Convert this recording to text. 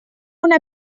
una